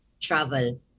Travel